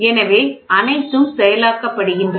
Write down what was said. எனவே அனைத்தும் செயலாக்கப்படுகின்றன